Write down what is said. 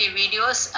videos